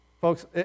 Folks